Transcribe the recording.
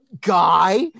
guy